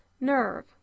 nerve